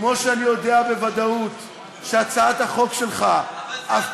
כמו שאני יודע בוודאות שהצעת החוק שלך אף